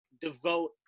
devote